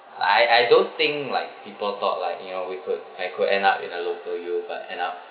I I don't think like people thought like you know we could I could end up in a local U but end up